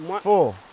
four